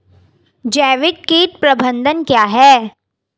जैविक कीट प्रबंधन क्या है?